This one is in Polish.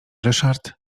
ryszard